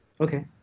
Okay